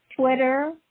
Twitter